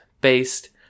based